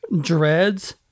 dreads